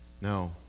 No